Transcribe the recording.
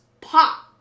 pop